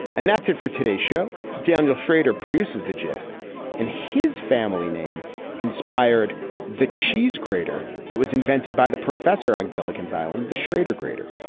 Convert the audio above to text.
and that's it for today's show. daniel schrader produces the gist and his family name inspired the cheese grater that was invented by the professor on gilligan's island. the schrader grader.